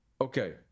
Okay